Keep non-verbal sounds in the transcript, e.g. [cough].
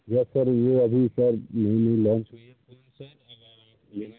yes sir यह अभी sir [unintelligible]